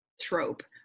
trope